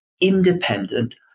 independent